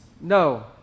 no